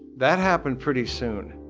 that happened pretty soon.